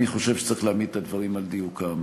אני חושב שצריך להעמיד את הדברים על דיוקם.